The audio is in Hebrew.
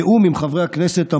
בתיאום עם חברי הכנסת המציעים,